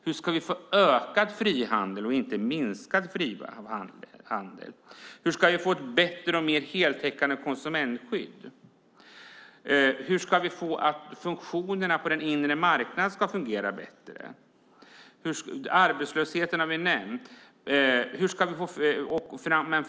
Hur ska vi få ökad frihandel och inte minskad? Hur ska vi få ett bättre och mer heltäckande konsumentskydd? Hur ska vi få funktionerna på den inre marknaden att fungera bättre? Vi har nämnt arbetslösheten. Herr talman!